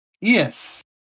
Yes